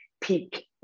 peak